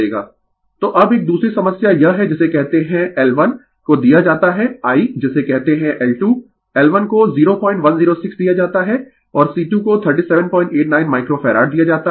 Refer slide Time 1558 तो अब एक दूसरी समस्या यह है जिसे कहते है L1 को दिया जाता है I जिसे कहते है L2 L1 को 0106 दिया जाता है और C2 को 3789 माइक्रो फैराड दिया जाता है